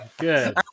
Good